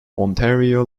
ontario